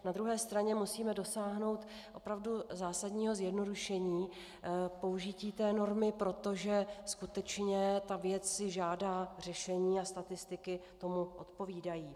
Na druhé straně musíme dosáhnout opravdu zásadního zjednodušení použití normy, protože skutečně ta věc si žádá řešení a statistiky tomu odpovídají.